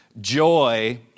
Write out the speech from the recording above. joy